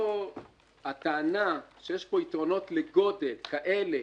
הטענה שיש פה יתרונות לגודל, כאלה